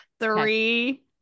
Three